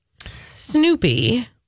Snoopy